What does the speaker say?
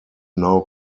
now